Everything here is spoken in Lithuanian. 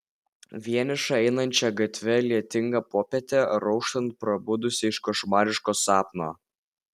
vienišą einančią gatve lietingą popietę ar auštant prabudusią iš košmariško sapno